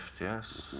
yes